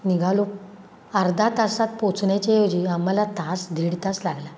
निघालो अर्धा तासात पोहचण्याचे ऐवजी आम्हाला तास दीड तास लागला